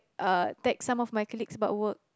uh text some of my colleagues about work